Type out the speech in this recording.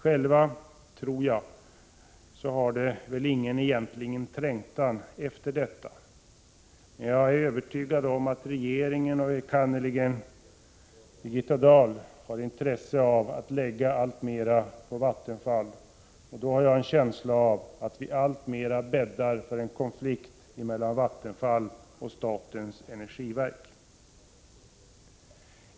Jag tror inte att Vattenfall har någon trängtan härvidlag, men jag är övertygad om att regeringen och enkannerligen Birgitta Dahl har intresse av att lägga alltmera på Vattenfall. Jag har en känsla av att vi då bäddar för en konflikt mellan Vattenfall och statens energiverk.